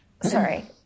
Sorry